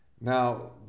Now